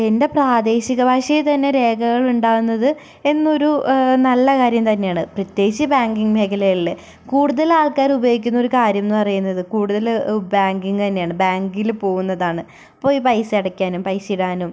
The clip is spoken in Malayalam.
എൻ്റെ പ്രാദേശിക ഭാഷയിൽത്തന്നെ രേഖകൾ ഉണ്ടാവുന്നത് എന്നൊരു നല്ല കാര്യം തന്നെ ആണ് പ്രത്യേകിച്ച് ബാങ്കിംഗ് മേഖലകളിൽ കൂടുതൽ ആൾക്കാർ ഉപയോഗിക്കുന്നൊരു കാര്യംന്ന് പറയുന്നത് കൂടുതൽ ബാങ്കിംഗ് തന്നെയാണ് ബാങ്കിൽ പോവുന്നതാണ് പോയി പൈസ അടയ്ക്കാനും പൈസ ഇടാനും